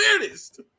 weirdest